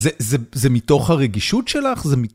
זה מתוך הרגישות שלך?